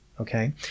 Okay